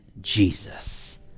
jesus